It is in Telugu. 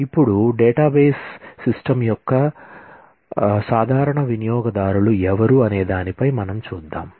ఇప్పుడు డేటాబేస్ సిస్టమ్ యొక్క సాధారణ వినియోగదారులు ఎవరు అనే దానిపై మనం చూద్దాం